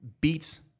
beats